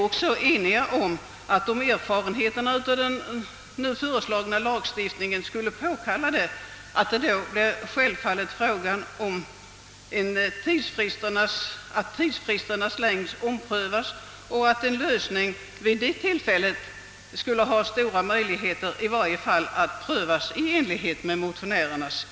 Om erfarenheten av den nu föreslagna lagstiftningen påkallar det, bör självfallet frågan om tidsfristens längd omprövas, och en lösning i enlighet med motionärens förslag på nytt övervägas.